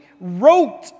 wrote